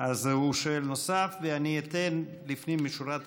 הוא שואל נוסף.